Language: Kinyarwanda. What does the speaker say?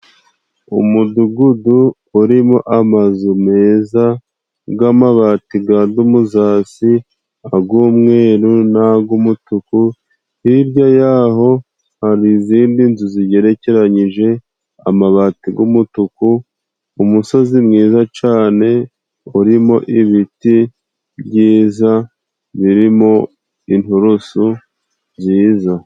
Umudugudu urimo amazu meza g'amabati ga dumuzasi, agumweruru n'ag'umutuku. Hirya y'aho hari izindi nzu zigerekeranyije amabati g'umutuku umusozi mwiza cane urimo ibiti byiza birimo inturusu nziza.